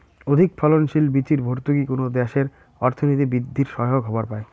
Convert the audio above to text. অধিকফলনশীল বীচির ভর্তুকি কুনো দ্যাশের অর্থনীতি বিদ্ধির সহায়ক হবার পায়